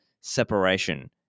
separation